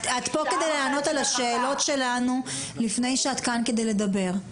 את פה כדי לענות על השאלות שלנו לפני שאת כאן כדי לדבר.